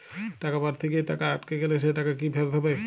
টাকা পাঠাতে গিয়ে টাকা আটকে গেলে সেই টাকা কি ফেরত হবে?